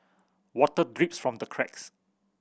water drips from the cracks